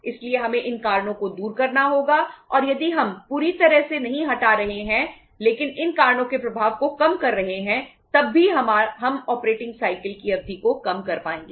इसलिए हमें इन कारणों को दूर करना होगा और यदि हम पूरी तरह से नहीं हटा रहे हैं लेकिन इन कारणों के प्रभाव को कम कर रहे हैं तब भी हम ऑपरेटिंग साइकिल की अवधि को कम कर पाएंगे